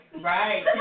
right